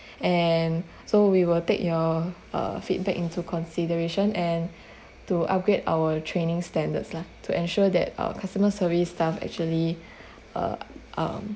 and so we will take your uh feedback into consideration and to upgrade our training standards lah to ensure that uh customer service staff actually uh um